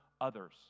others